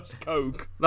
Coke